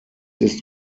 ist